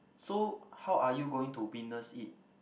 so how are you going to witness it